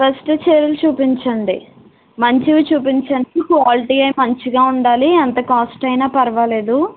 first చీరలు చూపించండి మంచివి చూపించండి క్వాలిటీయే మంచిగా ఉండాలి ఎంత కాస్ట్ అయినా పర్వాలేదు